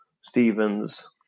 Stevens